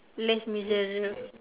les misera~